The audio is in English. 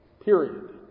Period